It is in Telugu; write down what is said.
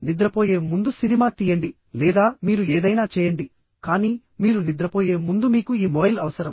నిద్రపోయే ముందు సినిమా తీయండి లేదా మీరు ఏదైనా చేయండికానీ మీరు నిద్రపోయే ముందు మీకు ఈ మొబైల్ అవసరం